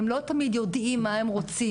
הם לא תמיד יודעים מה הם רוצים,